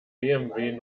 bmw